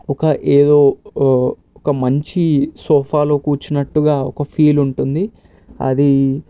ఒక ఏదో ఒక మంచి సోఫాలో కూర్చున్నట్టుగా ఒక ఫీల్ ఉంటుంది అది